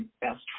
best